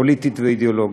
פוליטית ואידיאולוגית.